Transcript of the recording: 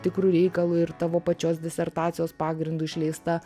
tikru reikalu ir tavo pačios disertacijos pagrindu išleista